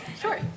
sure